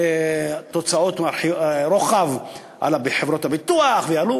יהיו תוצאות רוחב על חברות הביטוח ויעלו,